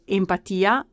empatia